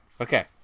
Okay